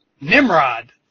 Nimrod